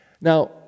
Now